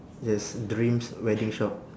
yes dreams wedding shop